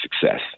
success